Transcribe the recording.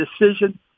decision